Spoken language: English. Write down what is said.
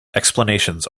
explanations